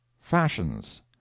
FASHIONS